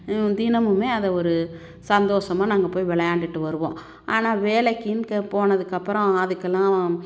தினமுமே அதை ஒரு சந்தோஷமாக நாங்கள் போய் விளையாண்டுட்டு வருவோம் ஆனால் வேலைக்கின்னு க போனதுக்கப்புறம் அதுக்கெல்லாம்